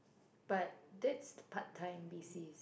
but that's part time basis